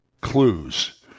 clues